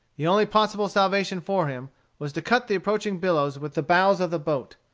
the only possible salvation for him was to cut the approaching billows with the bows of the boat.